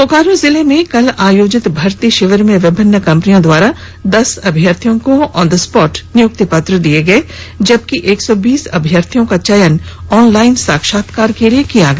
बोकारो जिले में कल आयोजित भर्ती शिविर में विभिन्न कंपनियों द्वारा दस अभ्यर्थियों को ऑन दि स्पॉट नियुक्ति पत्र दिया गया जबकि एक सौ बीस अभ्यर्थियों का चयन ऑनलाइन साक्षात्कार के लिए किया गया